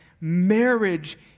marriage